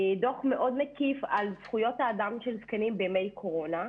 דוח מאוד מקיף על זכויות אדם של זקנים בימי קורונה.